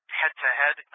head-to-head